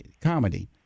comedy